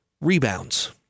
rebounds